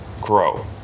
grow